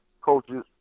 coaches